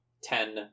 ten